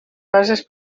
fases